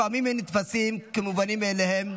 לפעמים הם נתפסים כמובנים מאליהם,